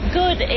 good